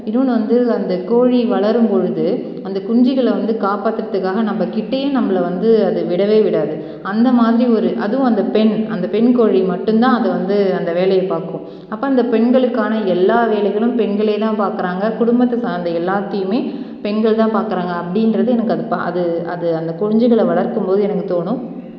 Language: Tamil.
இன்னொன்று வந்து அந்த கோழி வளரும்பொழுது அந்த குஞ்சிகளை வந்து காப்பாற்றுறத்துக்காக நம்ம கிட்டேயும் நம்மள வந்து அது விடவே விடாது அந்த மாதிரி ஒரு அதுவும் அந்த பெண் அந்த பெண் கோழி மட்டும்தான் அது வந்து அந்த வேலையை பார்க்கும் அப்போ அந்த பெண்களுக்கான எல்லா வேலைகளும் பெண்களே தான் பார்க்கறாங்க குடும்பத்தை சார்ந்த எல்லாத்தையுமே பெண்கள் தான் பார்க்குறாங்க அப்படின்றது எனக்கு அது பா அது அது அது அந்த குஞ்சிகளை வளர்க்கும்பொது எனக்கு தோணும்